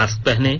mask पहनें